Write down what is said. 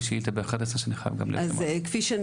יש לי שאילתה ב-11:00 אז אני חייב גם להיות.